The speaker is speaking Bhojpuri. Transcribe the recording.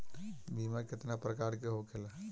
बीमा केतना प्रकार के होखे ला?